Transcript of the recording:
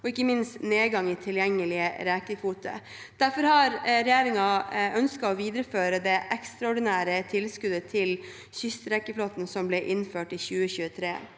og ikke minst nedgang i tilgjengelige rekekvoter. Derfor har regjeringen ønsket å videreføre det ekstraordinære tilskuddet til kystrekeflåten som ble innført i 2023.